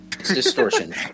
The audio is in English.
Distortion